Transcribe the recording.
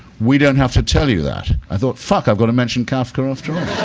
we don't have to tell you that. i thought, fuck, i've got to mention kafka after all.